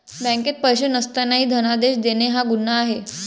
बँकेत पैसे नसतानाही धनादेश देणे हा गुन्हा आहे